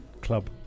club